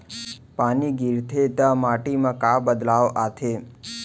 पानी गिरथे ता माटी मा का बदलाव आथे?